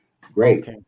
Great